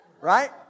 Right